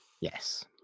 Yes